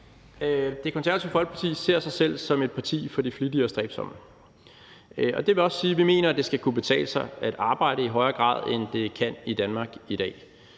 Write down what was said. Det Konservative Folkeparti ser sig selv som et parti for de flittige og stræbsomme, og det vil også sige, at vi mener, at det i højere grad skal kunne betale sig at arbejde, end det kan i Danmark i dag,